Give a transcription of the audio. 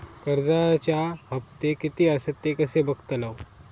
कर्जच्या हप्ते किती आसत ते कसे बगतलव?